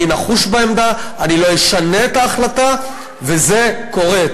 אני נחוש בעמדה, אני לא אשנה את ההחלטה, וזה קורה.